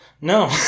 No